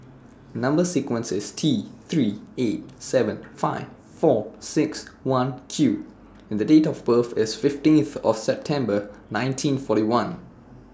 Number sequence IS T three eight seven five four six one Q and The Date of birth IS fifteenth of September nineteen forty one